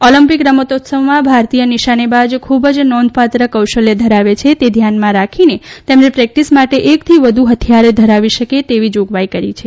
Olympic રમતોત્સવમાં ભારતીય નિશાનેબાજ ખૂબ જ નોંધપાત્ર કૌશલ્ય ધરાવે છે તે ધ્યાનમાં રાખીને તેમને પ્રેક્ટિસ માટે એકથી વધુ હથિયાર ધરાવી શકે તેવી જોગવાઇ કરી છે